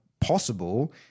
possible